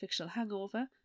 fictionalhangover